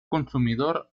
consumidor